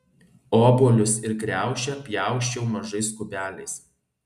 obuolius ir kriaušę pjausčiau mažais kubeliais